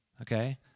Okay